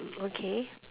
okay